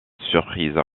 surprise